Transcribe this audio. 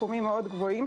בסכומים גבוהים מאוד,